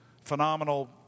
phenomenal